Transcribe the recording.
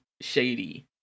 shady